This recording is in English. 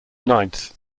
ninth